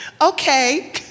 okay